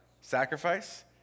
Sacrifice